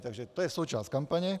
Takže to je součást kampaně.